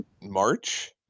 March